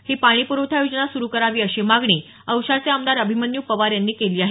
ही पाणीप्रवठा योजना सुरू करावी अशी मागणी औशाचे आमदार अभिमन्यू पवार यांनी केली आहे